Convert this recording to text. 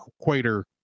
equator